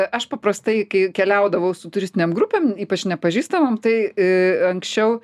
aš paprastai kai keliaudavau su turistinėm grupėm ypač nepažįstamom tai anksčiau